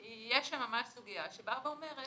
כי יש שם ממש סוגיה שבאה ואומרת,